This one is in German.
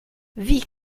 wie